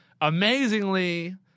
Amazingly